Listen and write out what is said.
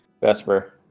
Vesper